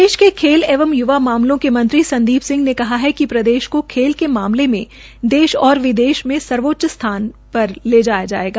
प्रदेश के खेल एवं यूवा मामलों के मंत्री संदीप सिंह ने कहा है कि प्रदेश को खेल के मामले मे देश और विदेश में सर्वोच्च स्थान पर ले जाया जायेगा